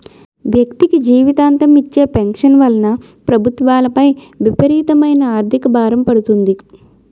వ్యక్తికి జీవితాంతం ఇచ్చే పెన్షన్ వలన ప్రభుత్వాలపై విపరీతమైన ఆర్థిక భారం పడుతుంది